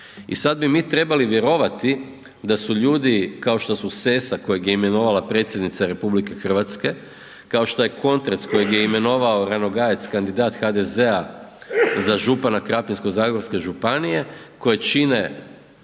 I sad bi mi trebali vjerovati da su ljudi, kao što su Sessa kojeg je imenovala predsjednica RH, kao što je Kontrec kojeg je imenovao Ranogajec, kandidat HDZ-a za župana Krapinsko-zagorske županije koje čine